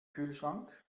kühlschrank